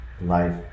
life